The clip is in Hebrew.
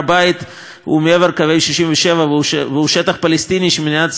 הוא מעבר לקווי 67' והוא שטח פלסטיני שמדינת ישראל כבשה,